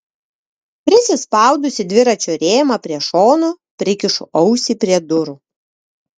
prisispaudusi dviračio rėmą prie šono prikišu ausį prie durų